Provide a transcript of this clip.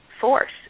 force